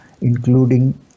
including